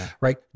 right